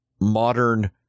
modern